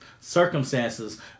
circumstances